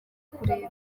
kureba